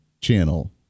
channel